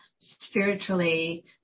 spiritually